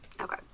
Okay